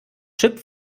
chip